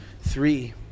three